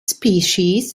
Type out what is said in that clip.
species